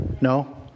No